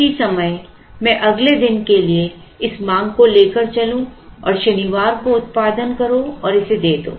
उसी समय मैं अगले दिन के लिए इस मांग को लेकर चलूं और शनिवार को उत्पादन करो और इसे दे दो